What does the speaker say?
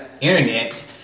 internet